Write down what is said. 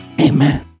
Amen